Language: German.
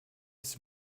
ist